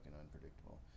unpredictable